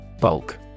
Bulk